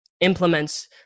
implements